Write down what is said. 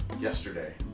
yesterday